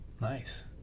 Nice